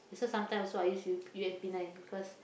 also sometimes also I use U U_M_P nine because